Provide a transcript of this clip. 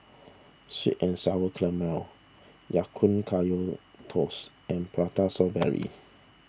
Sweet and Sour Calamari Ya Kun Kaya Toast and Prata Strawberry